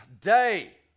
day